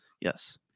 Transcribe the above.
Yes